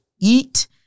eat